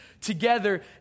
together